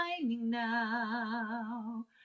now